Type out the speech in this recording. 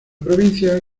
provincia